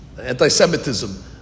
anti-Semitism